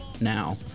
now